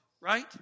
right